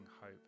hope